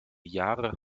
jahre